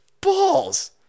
Balls